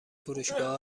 فروشگاه